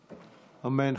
אמן.